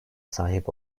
sahip